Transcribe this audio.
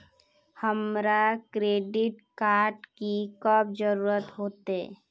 हमरा credit card की कब जरूरत होते?